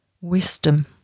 Wisdom